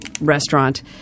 restaurant –